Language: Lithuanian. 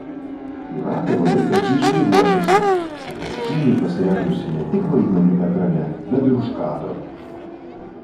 jūratė labai preciziškai ruošiasi atsakingai pasirengusi ne tik vaidmeniui ekrane bet ir už kadro